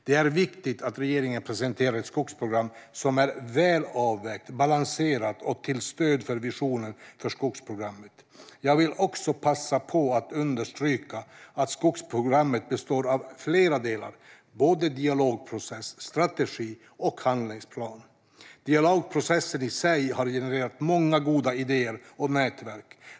Det är viktigt att regeringen presenterar ett skogsprogram som är väl avvägt, balanserat och till stöd för visionen för skogsprogrammet. Jag vill också passa på att understryka att skogsprogrammet består av flera delar, såväl dialogprocess som strategi och handlingsplan. Dialogprocessen i sig har genererat många goda idéer och nätverk.